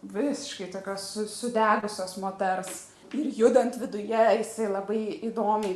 visiškai tokios su sudegusios moters ir judant viduje jisai labai įdomiai